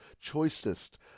choicest